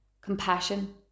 Compassion